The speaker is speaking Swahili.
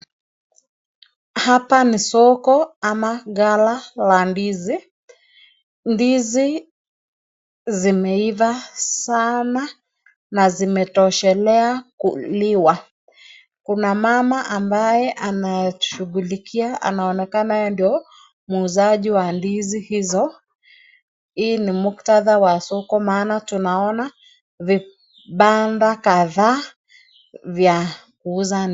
Hapa ni soko ama ghala la ndizi. Ndizi zimeiva sana na zimetoshelea kuliwa. Kuna mama ambaye anashughulikia anaonekana yeye ndio muuzaji wa ndizi hizo. Hii ni muktadha wa soko maana tunaona vibanda kadhaa za kuuza.